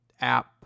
app